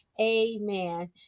amen